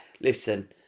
listen